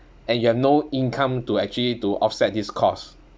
and you have no income to actually to offset this cost